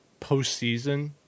postseason